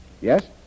Yes